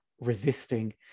resisting